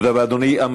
תודה רבה, אדוני.